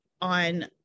on